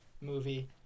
movie